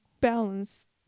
balance